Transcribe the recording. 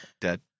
dead